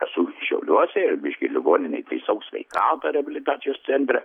esu šiauliuose ir biškį ligoninėj taisau sveikatą reabilitacijos centre